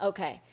Okay